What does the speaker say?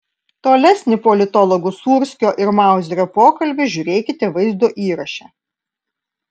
tolesnį politologų sūrskio ir mauzerio pokalbį žiūrėkite vaizdo įraše